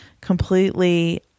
completely